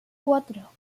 cuatro